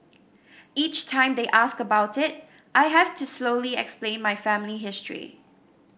each time they ask about it I have to slowly explain my family history